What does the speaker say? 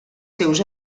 seus